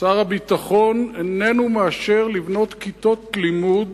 שר הביטחון אינו מאשר לבנות כיתות לימוד